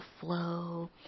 flow